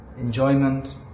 enjoyment